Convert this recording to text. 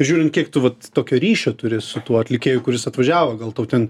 žiūrint kiek tu vat tokio ryšio turi su tuo atlikėju kuris atvažiavo gal tau ten